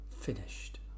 finished